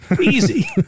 easy